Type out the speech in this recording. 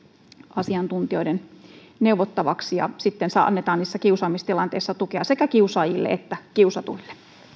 asiantuntijoiden neuvottavaksi ja sitten annetaan niissä kiusaamistilanteissa tukea sekä kiusaajille että kiusatuille